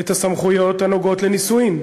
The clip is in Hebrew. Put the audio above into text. את הסמכויות הנוגעות לנישואים,